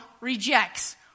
rejects